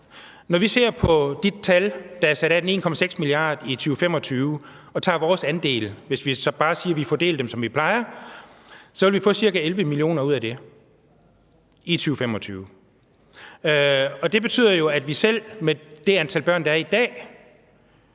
Når vi ser på de tal, der er sat af, de 1,6 mia. kr. i 2025, og tager vores andel og siger, at så fordeler vi den, som vi plejer, så ville vi få cirka 11 mio. kr. ud af det i 2025. Og det betyder jo, at vi selv med det antal børn, der er i dag,